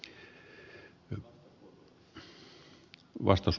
herra puhemies